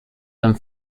and